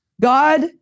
God